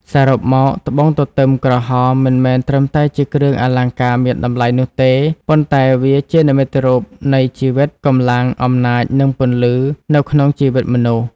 សរុបមក ត្បូងទទឹម ក្រហម មិនមែនត្រឹមតែជាគ្រឿងអលង្ការមានតម្លៃនោះទេ ប៉ុន្តែវាជានិមិត្តរូបនៃជីវិត កម្លាំង អំណាច និងពន្លឺ នៅក្នុងជីវិតមនុស្ស។